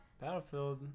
Battlefield